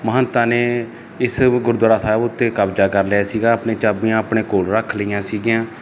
ਮਹੰਤਾਂ ਨੇ ਇਸ ਗੁਰਦੁਆਰਾ ਸਾਹਿਬ ਉੱਤੇ ਕਬਜਾ ਕਰ ਲਿਆ ਸੀਗਾ ਆਪਣੀਆਂ ਚਾਬੀਆਂ ਆਪਣੇ ਕੋਲ ਰੱਖ ਲਈਆਂ ਸੀਗੀਆਂ